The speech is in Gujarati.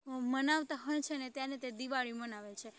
મનાવતા હોય છે ને તેને તે દિવાળી મનાવે છે